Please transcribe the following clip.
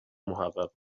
محقق